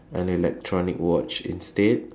an electronic watch instead